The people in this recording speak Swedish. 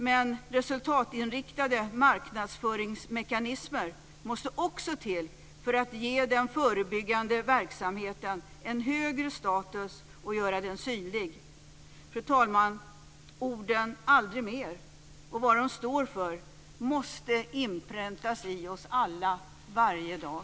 Men resultatinriktade marknadsföringsmekanismer måste också till för att ge den förebyggande verksamheten en högre status och göra den synlig. Fru talman! Orden "aldrig mer" och vad de står för måste inpräntas i oss alla varje dag.